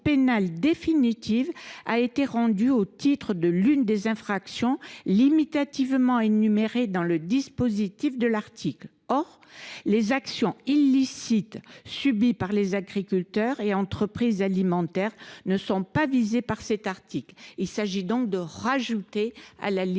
pénale définitive a été rendue au titre de l’une des infractions limitativement énumérées dans le dispositif de l’article. Or les actions illicites subies par les agriculteurs et entreprises alimentaires ne sont pas visées par cet article. Afin de corriger cela, nous